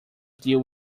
deal